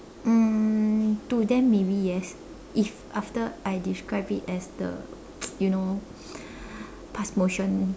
um to them maybe yes if after I described it as the you know pass motion